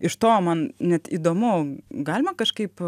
iš to man net įdomu galima kažkaip